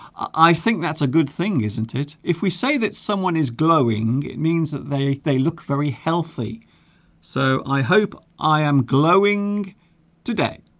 i think that's a good thing isn't it if we say that someone is glowing it means that they they look very healthy so i hope i am glowing today